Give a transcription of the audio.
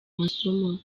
masomo